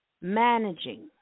Managing